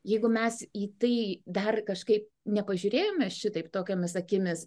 jeigu mes į tai dar kažkaip nepažiūrėjome šitaip tokiomis akimis